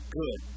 good